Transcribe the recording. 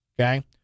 okay